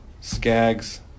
Skaggs